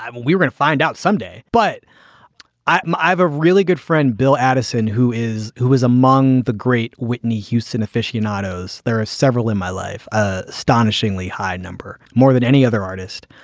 we were find out someday. but i've a really good friend, bill addison, who is who is among the great whitney houston aficionados. there are several in my life, a stunningly high number more than any other artist.